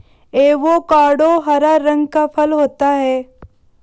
avocado हरा रंग का फल होता है